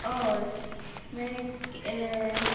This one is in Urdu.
اور میں نے